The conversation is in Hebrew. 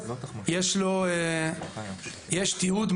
יש תיעוד,